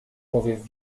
powiew